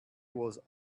was